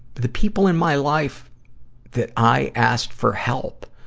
the people in my life that i asked for help,